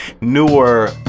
newer